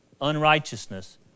unrighteousness